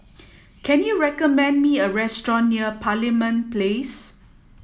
can you recommend me a restaurant near Parliament Place